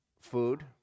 Food